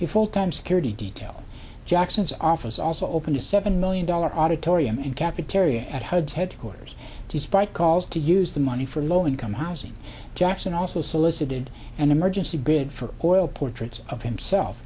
a full time security detail jackson's office also opened a seven million dollar auditorium in cafeteria at hud headquarters despite calls to use the money for low income housing jackson also solicited an emergency bid for oil portraits of himself